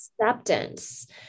acceptance